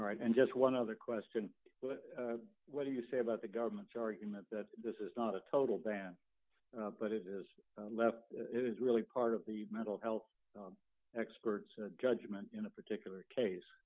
right and just one other question but what do you say about the government's argument that this is not a total ban but it is less it is really part of the mental health experts judgment in a particular case